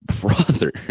Brother